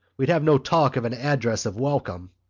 we'd have no talk of an address of welcome.